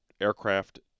aircraft